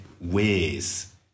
ways